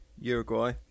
Uruguay